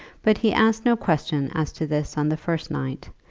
but he asked no question as to this on the first night,